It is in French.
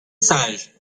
sage